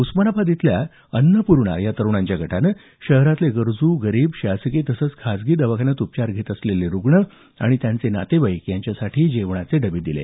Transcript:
उस्मानाबाद इथल्या अन्नपूर्णा या तरुणांच्या गटानं शहरातले गरजू गरीब शासकीय तसंच खाजगी दवाखान्यात उपचार घेत असलेले रुग्ण आणि त्यांचे नातेवाईक यांच्यासाठी जेवणाचे डबे दिले